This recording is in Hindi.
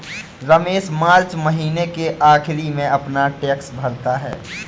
रमेश मार्च महीने के आखिरी में अपना टैक्स भरता है